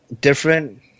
different